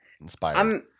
inspired